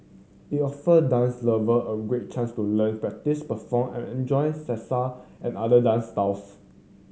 it offer dance lover a great chance to learn practice perform and enjoy Salsa and other dance styles